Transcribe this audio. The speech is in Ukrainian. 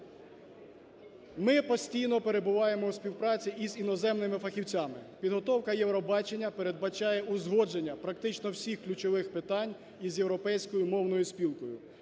Ми постійно перебуваємо у співпраці із іноземними фахівцями. Підготовка Євробачення передбачає узгодження практично всіх ключових питань із Європейською мовною спілкою.